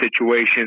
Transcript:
situations